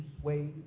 sway